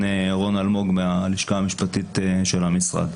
רון אלמוג מהלשכה המשפטית של המשרד.